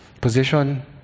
position